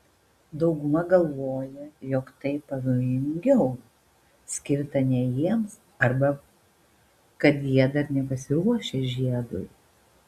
dauguma galvoja jog tai pavojingiau skirta ne jiems arba kad jie dar nepasiruošę žiedui